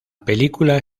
película